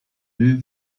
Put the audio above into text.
deux